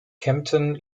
kempten